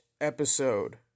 episode